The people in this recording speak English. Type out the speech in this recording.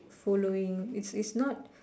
following it's it's not